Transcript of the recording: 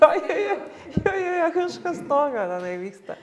jo jo jo jo jo kažkas tokio tenai vyksta